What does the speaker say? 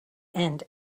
end